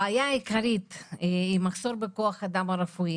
הבעיה העיקרית שלנו היא מחסור בכוח אדם רפואי.